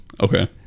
Okay